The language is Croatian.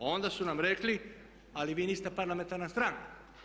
Onda su nam rekli, ali vi niste parlamentarna stranka.